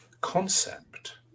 concept